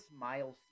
Milestone